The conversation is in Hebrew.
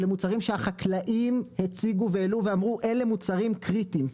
אלו מוצרים שהחקלאים הציגו והעלו ואמרו 'אלה מוצרים קריטיים',